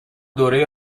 دوره